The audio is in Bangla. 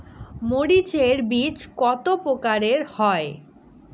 মরিচ এর বীজ কতো প্রকারের হয়?